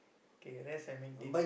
k rest and maintain